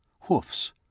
Hoofs